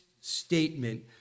statement